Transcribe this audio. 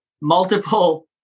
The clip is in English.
multiple